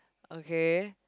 okay